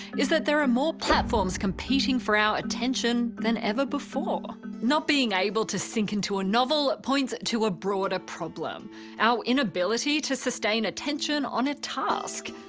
is that there are more platforms competing for our attention than ever before. not being able to sink into a novel points to a broader problem inability to sustain attention on a task.